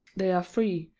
they are free,